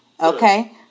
Okay